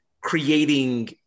creating